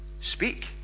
speak